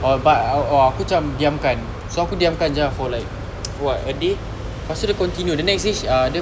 oh but oh aku cam diam kan so aku diam kan jer ah for like what a day pastu dia continue the next day ah dia